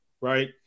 right